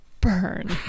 Burn